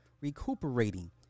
recuperating